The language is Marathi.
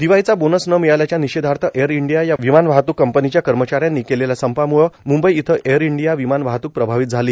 दिवाळीचा बोनस न मिळाल्याच्या निषेधार्थ एअर इंडिया या विमानवाहतूक कंपनीच्या कर्मचाऱ्यांनी केलेल्या संपाम्ळं म्ंबई इथं एअर इंडियाची विमान वाहतूक प्रभावित झाली